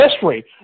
history